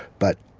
but,